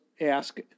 ask